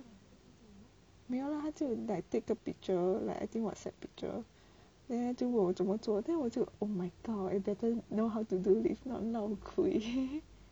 没有啦他就 like take a picture like I think whatsapp picture then 他就问我怎么做 then 我就 oh my god you better know how to do if not lao kui